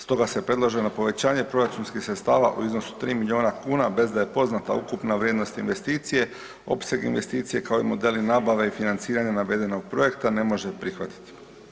Stoga se predlaženo povećanje proračunskih sredstava u iznosu 3 milijuna kuna bez da je poznata ukupna vrijednost investicije, opseg investicije, kao i modeli nabave i financiranja navedenog projekta ne može prihvatiti.